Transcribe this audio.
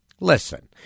Listen